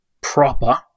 proper